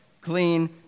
clean